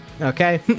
okay